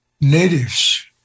natives